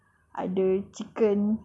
ada chicken